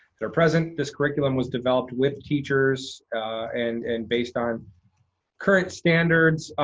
that are present. this curriculum was developed with teachers and and based on current standards.